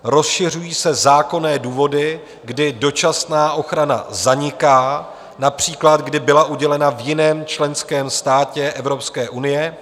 Rozšiřují se zákonné důvody, kdy dočasná ochrana zaniká, například když byla udělena v jiném členském státě Evropské unie.